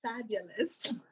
Fabulous